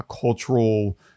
cultural